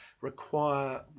require